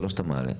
זה לא שאתה מעלה,